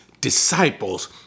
disciples